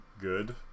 good